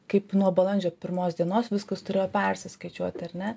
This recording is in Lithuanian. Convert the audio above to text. kaip nuo balandžio pirmos dienos viskas turėjo persiskaičiuot ar ne